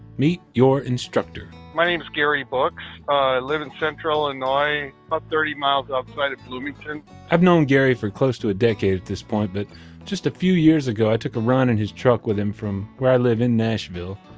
meet your instructor my name is gary buchs, i live in central and illinois, about thirty miles outside of bloomington i've known gary for close to a decade at this point, but just a few years ago i took a run in his truck with him from where i live in nashville,